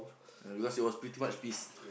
ah because it was pretty much peace